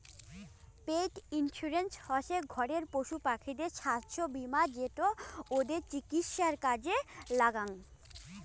পেট insurance হসে ঘরের পশুপাখিদের ছাস্থ্য বীমা যেটো ওদের চিকিৎসায় কাজে লাগ্যাং